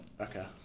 okay